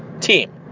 Team